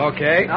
Okay